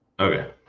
Okay